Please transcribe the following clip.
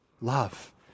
love